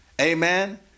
Amen